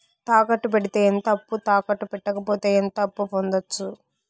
తాకట్టు పెడితే ఎంత అప్పు, తాకట్టు పెట్టకపోతే ఎంత అప్పు పొందొచ్చు?